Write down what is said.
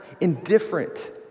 indifferent